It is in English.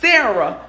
Sarah